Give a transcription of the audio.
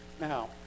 Now